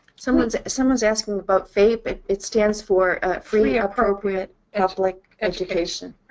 someone's someone's asking about fape. it stands for free appropriate public education.